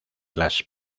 las